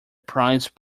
prize